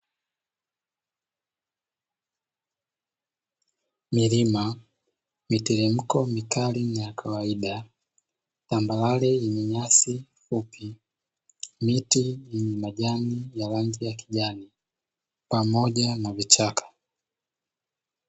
Milima, miteremko mikali ni ya kawaida, tambarare yenye nyasi fupi, miti yenye majani ya rangi ya kijani pamoja na vichaka.